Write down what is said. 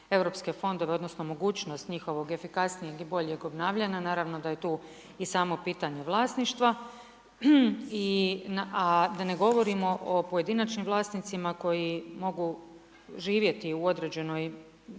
europske fondove odnosno mogućnost njihovog efikasnijeg i boljeg obnavljanja naravno da je tu i samo pitanje vlasništva. A da ne govorimo o pojedinačnim vlasnicima koji mogu živjeti u određenoj